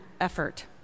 effort